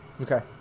Okay